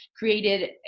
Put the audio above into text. created